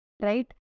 Right